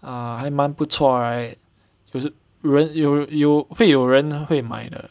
ah 还蛮不错 right 就是人有有会有人会买的